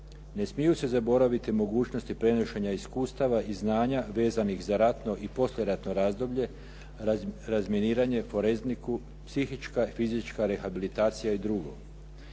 Ne smiju se zaboraviti mogućnosti prenošenja iskustava i znanja vezanih za ratno i poslijeratno razdoblje, razminiranje, forenziku, psihička i fizička rehabilitacija i drugo.